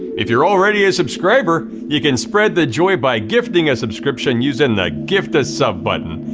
if you're already a subscriber, you can spread the joy by gifting a subscription using the gift a sub button.